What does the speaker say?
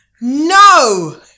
No